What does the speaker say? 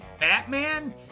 Batman